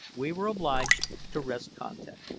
we were obliged to rest content.